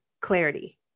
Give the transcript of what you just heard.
clarity